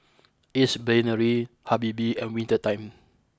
Ace Brainery Habibie and Winter Time